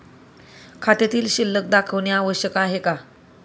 खात्यातील शिल्लक दाखवणे आवश्यक आहे का?